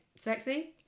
sexy